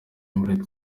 aimable